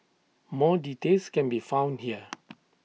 more details can be found here